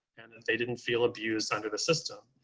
and and they didn't feel abused under the system.